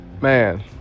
Man